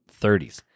30s